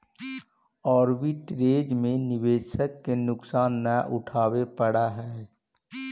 arbitrage में निवेशक के नुकसान न उठावे पड़ऽ है